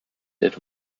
did